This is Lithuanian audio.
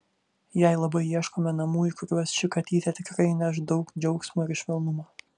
jai labai ieškome namų į kuriuos ši katytė tikrai įneš daug džiaugsmo ir švelnumo